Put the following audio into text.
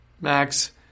max